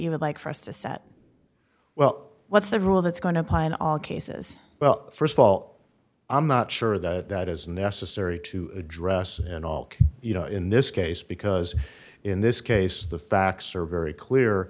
would like for us to set well what's the rule that's going to apply in all cases well st of all i'm not sure that that is necessary to address in all you know in this case because in this case the facts are very clear